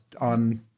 on